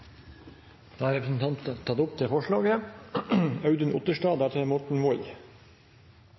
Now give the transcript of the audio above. Da har representanten Linda C. Hofstad Helleland tatt opp forslaget